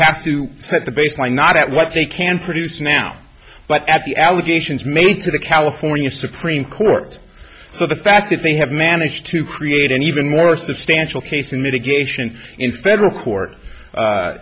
have to set the baseline not at what they can produce now but at the allegations made to the california supreme court so the fact that they have managed to create an even more substantial case in mitigation in federal court